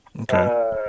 Okay